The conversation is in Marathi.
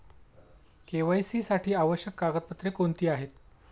के.वाय.सी साठी आवश्यक कागदपत्रे कोणती आहेत?